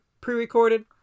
pre-recorded